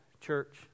church